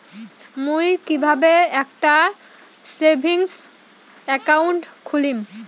মুই কিভাবে একটা সেভিংস অ্যাকাউন্ট খুলিম?